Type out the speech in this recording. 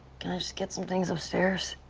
just get some things upstairs?